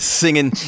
singing